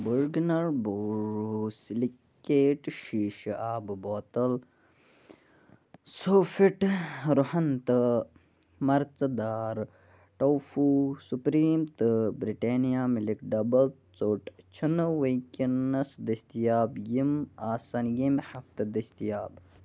بٔرگٕنَر borosilicate شیٖشہٕ آبہٕ بوتل سوفِٹ رُہن تہٕ مرژٕ دار ٹوفوٗ سُپریٖم تہٕ برٛٹینیا مِلِک ڈَبَل ژوٚٹ چھِنہٕ وٕنۍکٮ۪نَس دٔستِیاب یِم آسَن ییٚمہِ ہفتہٕ دٔستِیاب